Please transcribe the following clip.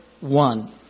one